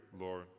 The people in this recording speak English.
Lord